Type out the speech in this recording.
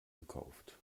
gekauft